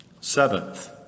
Seventh